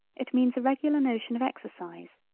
it means a regular notion of exercise,